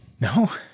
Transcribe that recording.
No